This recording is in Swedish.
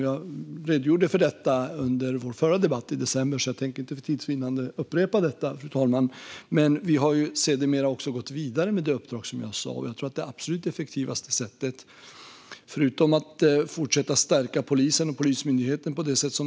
Jag redogjorde för detta under vår förra debatt i december, och för tids vinnande tänkte jag inte upprepa vad jag sa då. Men vi har sedan dess gått vidare med det uppdrag jag då talade om. Regeringen fortsätter att stärka Polismyndigheten.